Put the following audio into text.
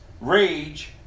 rage